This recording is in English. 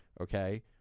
okay